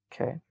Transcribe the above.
Okay